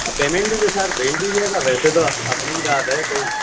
payment کے ساتھ بھیج دیجیے گا ویسے تو اپنی بات ہے کوئی